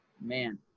man